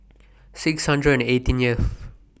six hundred and eighteenth